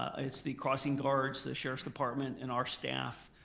ah it's the crossing guards, the sheriff's department, and our staff,